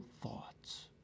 thoughts